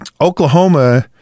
Oklahoma